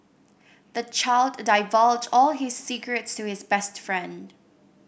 the child divulged all his secrets to his best friend